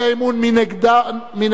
מי נגדו?